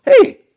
Hey